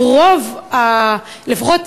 לפחות,